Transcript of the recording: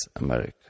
America